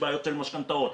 משכנתאות,